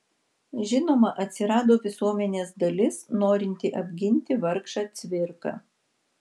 žinoma atsirado visuomenės dalis norinti apginti vargšą cvirką